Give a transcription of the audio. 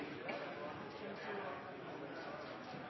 jeg er en